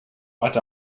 hatte